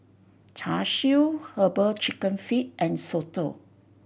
Char Siu Herbal Chicken Feet and soto